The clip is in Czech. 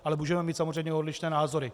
Ale můžeme mít samozřejmě odlišné názory.